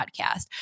podcast